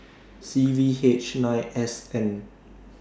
C V H nine S N